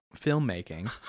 filmmaking